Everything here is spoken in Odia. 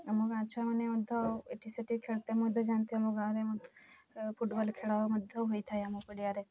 ଆମ ଗାଁ ଛୁଆମାନେ ମଧ୍ୟ ଏଠି ସେଠି ଖେଳିତେ ମଧ୍ୟ ଯାଆନ୍ତି ଆମ ଗାଁରେ ଫୁଟ୍ବଲ୍ ଖେଳ ମଧ୍ୟ ହୋଇଥାଏ ଆମ ପଡ଼ିଆରେ